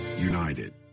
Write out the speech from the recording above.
united